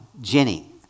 Jenny